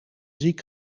ziek